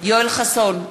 יואל חסון,